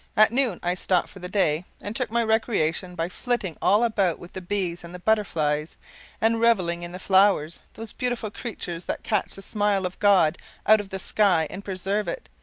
at noon i stopped for the day and took my recreation by flitting all about with the bees and the butterflies and reveling in the flowers, those beautiful creatures that catch the smile of god out of the sky and preserve it!